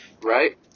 right